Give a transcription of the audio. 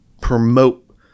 promote